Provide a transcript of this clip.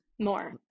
more